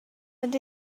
that